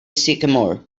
sycamore